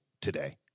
today